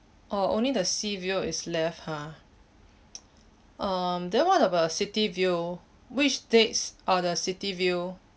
oh only the seaview is left ha um then what about city view which dates are the city view